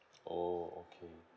orh okay